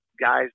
guys